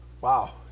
Wow